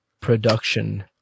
production